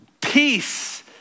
peace